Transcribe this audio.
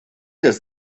does